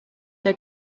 der